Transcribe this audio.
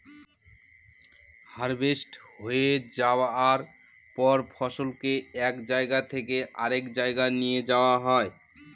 harvest হয়ে যায়ার পর ফসলকে এক জায়গা থেকে আরেক জাগায় নিয়ে যাওয়া হয়